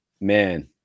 man